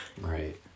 Right